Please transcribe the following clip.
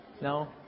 No